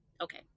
Okay